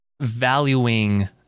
valuing